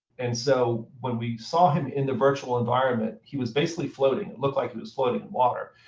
and so when we saw him in the virtual environment, he was basically floating. it looked like he was floating in water.